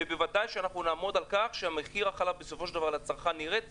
ובוודאי נעמוד על כך שמחיר החלב לצרכן ירד בסופו של דבר.